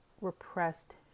repressed